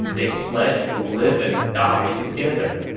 they pledged to live and die together.